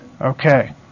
Okay